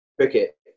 cricket